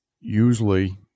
usually